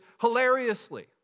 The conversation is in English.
hilariously